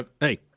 Hey